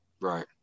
Right